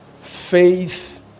Faith